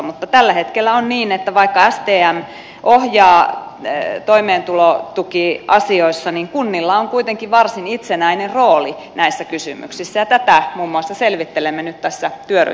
mutta tällä hetkellä on niin että vaikka stm ohjaa toimeentulotukiasioissa kunnilla on kuitenkin varsin itsenäinen rooli näissä kysymyksissä ja tätä muun muassa selvittelemme nyt tässä pyörii